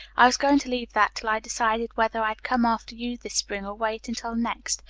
i was going to leave that till i decided whether i'd come after you this spring or wait until next.